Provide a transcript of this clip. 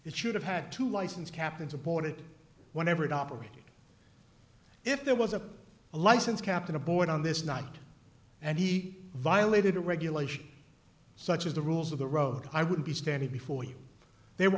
it should have had to license cap and support it whenever it operated if there was a license captain aboard on this night and he violated a regulation such as the rules of the road i would be standing before you they were